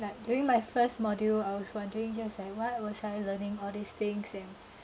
like during my first module I was wondering just like what was I learning all these things and